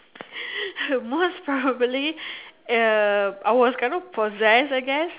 most probably uh I was kind of possessed I guess